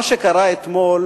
מה שקרה אתמול,